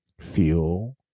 fuel